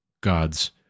gods